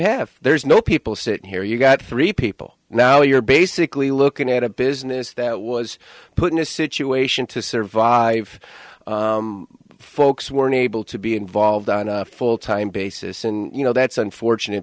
have there's no people sit here you've got three people now you're basically looking at a business that was put in a situation to survive folks were unable to be involved on a full time basis and you know that's unfortunate